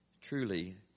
truly